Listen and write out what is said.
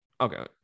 Okay